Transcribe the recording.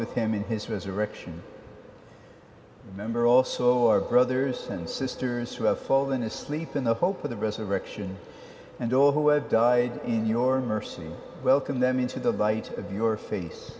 with him in his resurrection remember also our brothers and sisters who have fallen asleep in the hope of the resurrection and or who have died in your mercy welcome them into the bite of your face